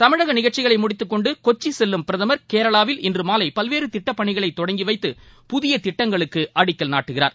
தமிழக நிகழ்ச்சிகளை முடித்துக் கொண்டு கொச்சி செல்லும் பிரதமர் கேரளாவில் இன்று மாலை பல்வேறு திட்டப் பணிகளை தொடங்கி வைத்து புதிய திட்டங்களுக்கு அடிக்கல் நாட்டுகிறார்